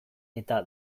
eta